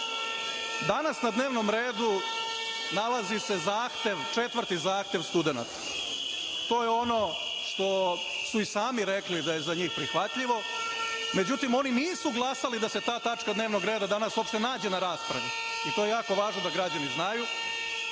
sebi. Danas na dnevnom redu nalazi se zahtev, 4. zahtev studenata. To je ono što su i sami rekli da je za njih prihvatljivo, međutim oni nisu glasali da se ta tačka dnevnog reda danas uopšte nađe na raspravi, i to je jako važno da građani znaju. Sa